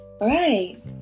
Right